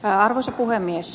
arvoisa puhemies